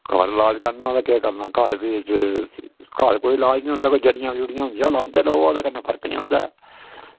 घर लाज करना होऐ ते केह् करना घर बी घर कोई लाज निं होंदा वा जड़ियां जुड़ियां होंदियां लांदे लोक उदे कन्नै फर्क नि होंदा ऐ